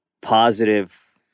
positive